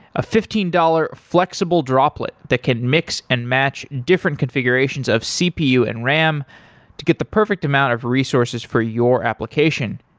a fifteen dollars flexible droplet that can mix and match different configurations of cpu and ram to get the perfect amount of resources for your application.